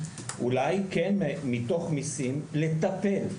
אולי כן מתוך מיסים לטפל.